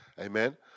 Amen